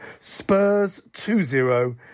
spurs20